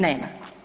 Nema.